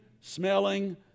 smelling